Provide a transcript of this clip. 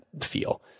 feel